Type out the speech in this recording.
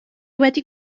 wedi